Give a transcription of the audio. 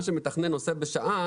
מה שמתכנן עושה בשעה,